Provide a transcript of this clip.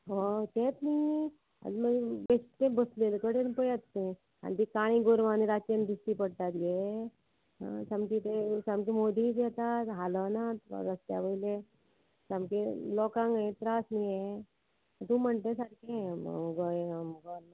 होय न्ही तेंच न्ही आनी मागीर बेश्टें बसलेले कडेन पळयात तें आनी ती काळी गोरवां आनी रातचे दिसची पडटात ये सामकें ते सामके मोदीच येतात हालनात रस्त्या वयले सामके लोकांक हे त्रास न्ही हे तूं म्हणटा सारकें कशें गो